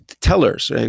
tellers